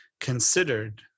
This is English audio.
considered